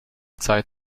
zeit